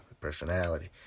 Personality